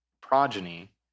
progeny